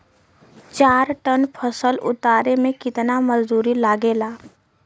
चार टन फसल उतारे में कितना मजदूरी लागेला?